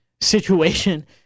situation